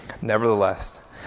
Nevertheless